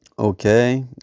Okay